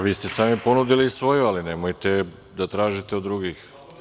Vi ste sami ponudili svoju, ali nemojte da tražite od drugih.